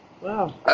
Wow